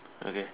okay